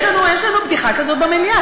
יש לנו בדיחה כזאת במליאה.